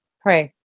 Pray